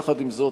יחד עם זאת,